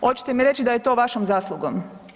Hoćete mi reći da je to vašom zaslugom?